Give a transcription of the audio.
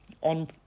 on